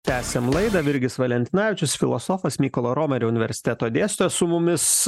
tęsiam laidą virgis valentinavičius filosofas mykolo romerio universiteto dėstytojas su mumis